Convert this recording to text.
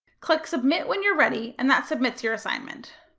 click submit when you're ready and that submits your assignment.